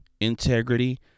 integrity